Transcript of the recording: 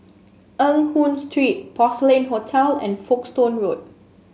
Eng Hoon Street Porcelain Hotel and Folkestone Road